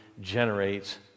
generates